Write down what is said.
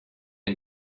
ein